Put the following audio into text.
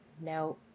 Now